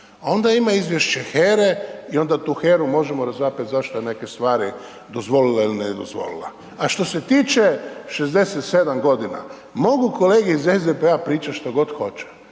onda ima Izvješće HERA-e i onda tu HERA-e možemo razapet zašto je neke stvari dozvolila, il' ne dozvolila. A što se tiče 67 godina, mogu kolege iz SDP-a pričat što god hoće,